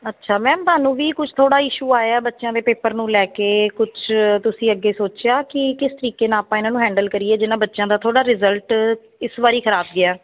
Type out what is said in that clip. ਅੱਛਾ ਮੈਮ ਤੁਹਾਨੂੰ ਵੀ ਕੁਛ ਥੋੜ੍ਹਾ ਇਸ਼ੂ ਆਇਆ ਬੱਚਿਆਂ ਦੇ ਪੇਪਰ ਨੂੰ ਲੈ ਕੇ ਕੁਝ ਤੁਸੀਂ ਅੱਗੇ ਸੋਚਿਆ ਕਿ ਕਿਸ ਤਰੀਕੇ ਨਾਲ ਆਪਾਂ ਇਹਨਾਂ ਨੂੰ ਹੈਂਡਲ ਕਰੀਏ ਜਿਹਨਾਂ ਬੱਚਿਆਂ ਦਾ ਥੋੜ੍ਹਾ ਰਿਜਲਟ ਇਸ ਵਾਰੀ ਖਰਾਬ ਗਿਆ